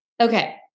okay